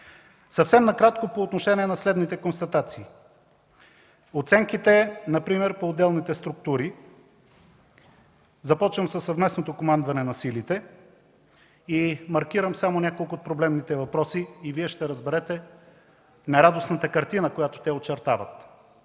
Съвсем накратко по отношение на следните констатации. Оценките например по отделните структури. Започвам със съвместното командване на силите, маркирам само няколко от проблемните въпроси и Вие ще разберете нерадостната картина, която те очертават.